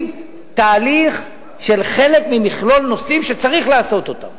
היא תהליך של חלק ממכלול נושאים שצריך לעשות אותם.